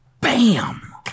Bam